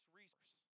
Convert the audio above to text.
resource